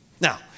Now